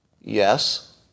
Yes